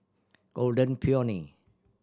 Golden Peony